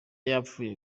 yapfuye